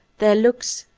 their looks,